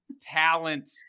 Talent